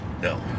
No